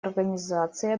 организации